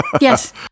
Yes